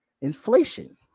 inflation